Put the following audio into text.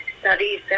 studies